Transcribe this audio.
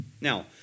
Now